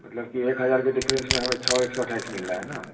मतलब कि एक हज़ार की डिफ़रेंस में है वह छः एक सौ अट्ठाईस मिल रहा है ना